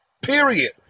period